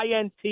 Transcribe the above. INT